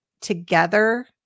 together